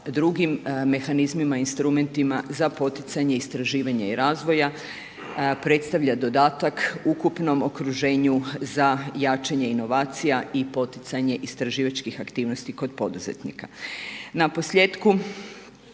drugim mehanizmima, instrumentima, za poticanje istraživanja i razvoja, predstavlja dodataka ukupnom okruženju za jačanje inovacija i poticanje istraživačkih aktivnosti kod poduzetnika. Naposljetku,